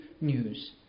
news